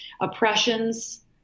oppressions